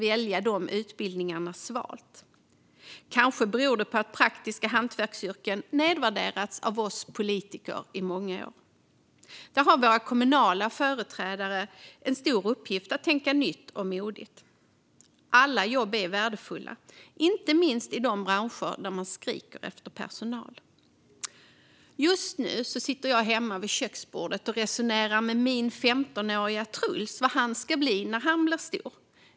Eller kanske det beror på att praktiska hantverksyrken nedvärderats av oss politiker i många år. Där har våra kommunala företrädare en stor uppgift att tänka nytt och modigt. Alla jobb är värdefulla, inte minst i de branscher där man skriker efter personal. Just nu resonerar jag med min 15-åriga Truls vid köksbordet om vad han ska bli när han blir stor.